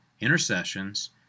intercessions